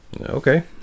Okay